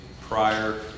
prior